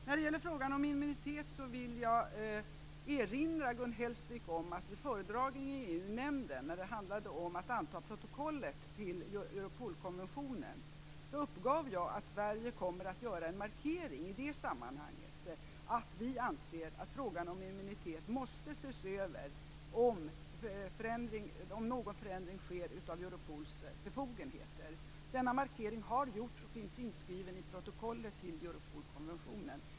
När det gäller frågan om immunitet vill jag erinra nämnden, när det handlade om att anta protokollet till Europolkonventionen, uppgav jag att Sverige kommer att göra en markering i det sammanhanget. Vi anser att frågan om immunitet måste ses över om någon förändring sker av Europols befogenheter. Denna markering har gjorts och finns inskriven i protokollet till Europolkonventionen.